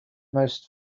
most